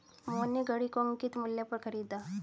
मोहन ने घड़ी को अंकित मूल्य पर खरीदा